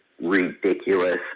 ridiculous